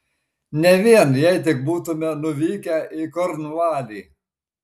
ne vien jei tik būtumėme nuvykę į kornvalį